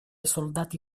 soldati